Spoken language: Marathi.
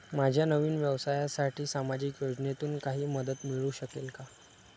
माझ्या नवीन व्यवसायासाठी सामाजिक योजनेतून काही मदत मिळू शकेल का?